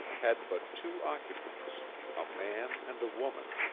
had but two occupants a man and a woman.